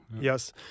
Yes